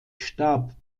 starb